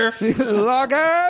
Logger